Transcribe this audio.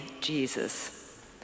Jesus